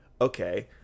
okay